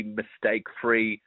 mistake-free